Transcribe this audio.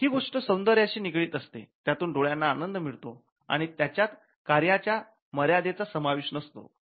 ही गोष्ट सौंदर्याशी निगडित असते त्यातून डोळ्यांना आनंद मिळतो आणि त्याच्यात कार्याच्या मर्यादेचा समावेश नसतो